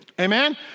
Amen